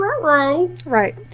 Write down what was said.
Right